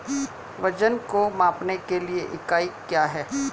वजन को मापने के लिए इकाई क्या है?